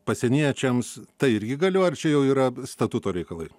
pasieniečiams tai irgi galioja ar čia jau yra statuto reikalai